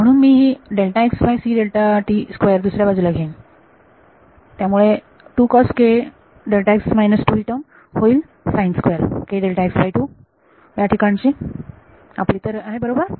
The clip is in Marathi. म्हणून मी ही दुसऱ्या बाजूला घेईन त्यामुळे ही टर्म होईल या ठिकाणची आपली तर आहे बरोबर